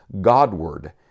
Godward